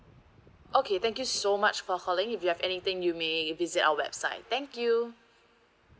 okay thank you so much for calling if you have anything you may visit our website thank you